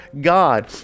God